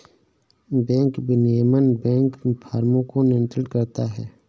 bank विनियमन banking फ़र्मों को नियंत्रित करता है